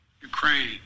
Ukraine